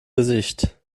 gesicht